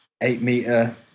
eight-meter